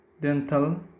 dental